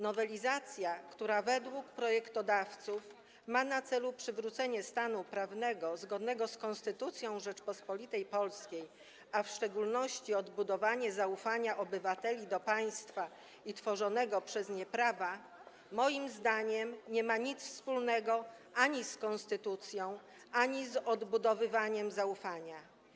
Nowelizacja, która według projektodawców ma na celu przywrócenie stanu prawnego zgodnego z Konstytucją Rzeczypospolitej Polskiej, a w szczególności odbudowanie zaufania obywateli do państwa i tworzonego przez nie prawa, moim zdaniem nie ma nic wspólnego ani z konstytucją, ani z odbudowywaniem zaufania.